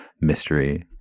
mystery